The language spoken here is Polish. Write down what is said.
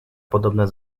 podobne